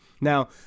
now